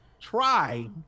try